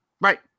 Right